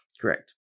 Correct